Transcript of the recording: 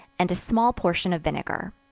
and a small portion of vinegar.